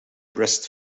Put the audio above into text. breast